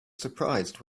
surprised